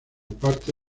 parte